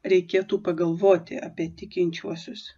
reikėtų pagalvoti apie tikinčiuosius